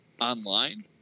online